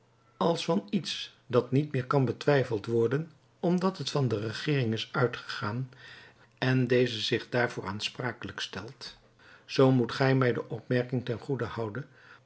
als van iets dat niet meer kan betwijfeld worden omdat het van de regeering is uitgegaan en deze zich daarvoor aansprakelijk stelt zoo moet gij mij de opmerking ten goede houden